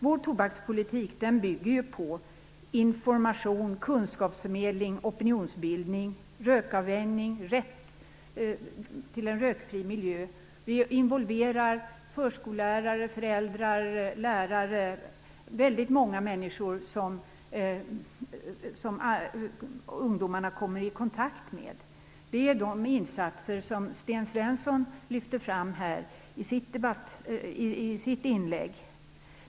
Vår tobakspolitik bygger på information, kunskapsförmedling, opinionsbildning, rökavvänjning och rätten till en rökfri miljö. Vi involverar förskolelärare, föräldrar, lärare och många andra människor som ungdomar kommer i kontakt med. Det är de insatserna som Sten Svensson lyfter fram i sitt debattinlägg.